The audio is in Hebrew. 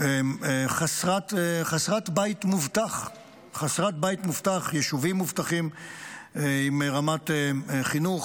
היא חסרת בית מובטח ויישובים מובטחים עם רמת חינוך,